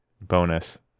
bonus